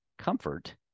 comfort